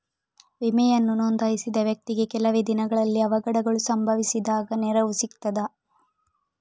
ವಿಮೆಯನ್ನು ನೋಂದಾಯಿಸಿದ ವ್ಯಕ್ತಿಗೆ ಕೆಲವೆ ದಿನಗಳಲ್ಲಿ ಅವಘಡಗಳು ಸಂಭವಿಸಿದಾಗ ನೆರವು ಸಿಗ್ತದ?